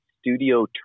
studio